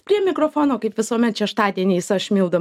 prie mikrofono kaip visuomet šeštadieniais aš milda